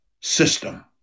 system